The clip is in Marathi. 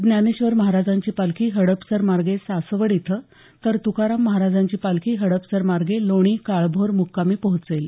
ज्ञानेश्वर महाराजांची पालखी हडपसर मार्गे सासवड इथं तर तुकाराम महाराजांची पालखी हडपसर मार्गे लोणी काळभोर मुक्कामी पोहोचेल